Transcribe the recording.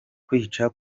kwica